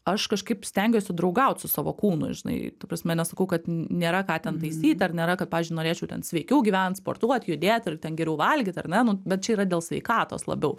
aš kažkaip stengiuosi draugaut su savo kūnu žinai ta prasme nesakau kad nėra ką ten taisyt ar nėra kad pavyzdžiui norėčiau ten sveikiau gyvent sportuot judėt ir ten geriau valgyt ar ne nu bet čia yra dėl sveikatos labiau